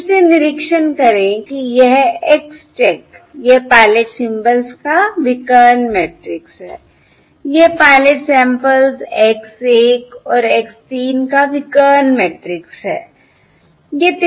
और फिर से निरीक्षण करें कि यह X चेक यह पायलट सिंबल्स का विकर्ण मैट्रिक्स है यह पायलट सैंपल्स X 1 और X 3 का विकर्ण मैट्रिक्स है